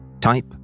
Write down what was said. Type